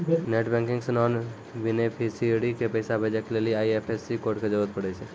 net banking से non beneficiary के पैसा भेजै के लेली आई.एफ.एस.सी कोड के जरूरत पड़ै छै